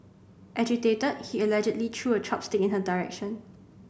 agitated he allegedly threw a chopstick in her direction